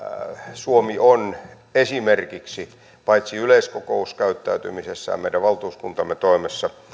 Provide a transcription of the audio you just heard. suomi on paitsi yleiskokouskäyttäytymisessään meidän valtuuskuntamme toimessa